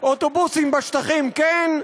אוטובוסים בשטחים כן,